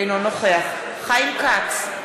אינו נוכח חיים כץ,